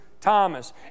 Thomas